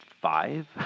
five